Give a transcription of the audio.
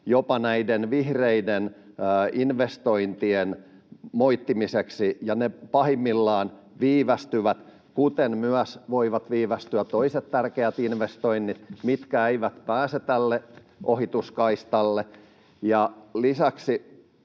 jopa näiden vihreiden investointien moittimiseksi, ja ne pahimmillaan viivästyvät, kuten myös voivat viivästyä toiset tärkeät investoinnit, mitkä eivät pääse tälle ohituskaistalle. Ja lisäksi